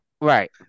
Right